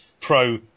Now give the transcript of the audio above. pro-